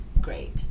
great